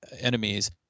enemies